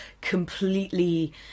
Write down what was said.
completely